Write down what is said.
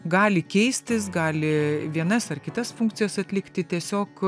gali keistis gali vienas ar kitas funkcijas atlikti tiesiog